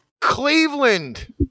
Cleveland